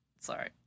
Sorry